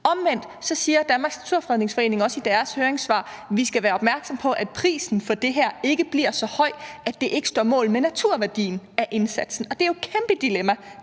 Omvendt siger Danmarks Naturfredningsforening også i deres høringssvar, at vi skal være opmærksomme på, at prisen for det her ikke bliver så høj, at naturværdien ikke står mål med indsatsen, og det er jo et kæmpe dilemma,